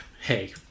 hey